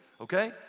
Okay